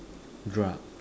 drug